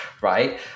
right